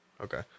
Okay